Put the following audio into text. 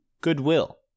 Goodwill